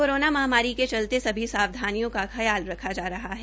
corona महामारी के चलते सभी सावधानियों का ख्याल रखा जा रहा है